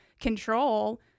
control